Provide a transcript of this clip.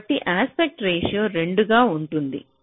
కాబట్టి aspect ratio 2 గా ఉంటుంది